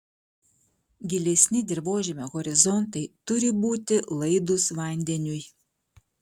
gilesni dirvožemio horizontai turi būti laidūs vandeniui